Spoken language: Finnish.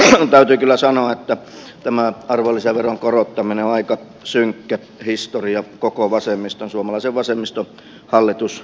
minun täytyy kyllä sanoa että tämä arvonlisäveron korottaminen on aika synkkä historia koko vasemmiston suomalaisen vasemmiston hallitustaipaleella